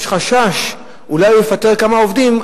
יש חשש שאולי הוא יפטר כמה עובדים,